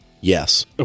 yes